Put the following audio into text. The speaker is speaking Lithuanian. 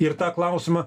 ir tą klausimą